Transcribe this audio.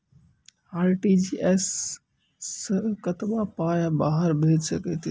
RTGS सअ कतबा पाय बाहर भेज सकैत छी?